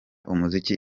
umuziki